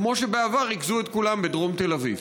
כמו שבעבר ריכזו את כולם בדרום תל אביב?